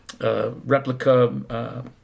replica